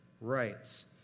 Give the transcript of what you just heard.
rights